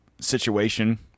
situation